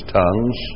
tongues